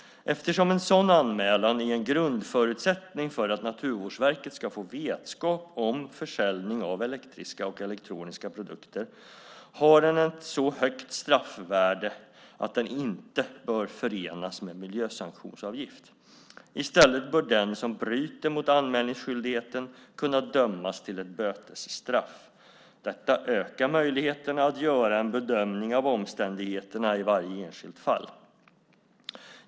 Eftersom en sådan anmälan är en grundförutsättning för att Naturvårdsverket ska få vetskap om försäljning av elektriska och elektroniska produkter har den ett så högt straffvärde att den inte bör förenas med miljösanktionsavgift. I stället bör den som bryter mot anmälningsskyldigheten kunna dömas till ett bötesstraff. Detta ökar möjligheterna att göra en bedömning av omständigheterna i varje enskilt fall.